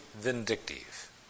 vindictive